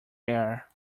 air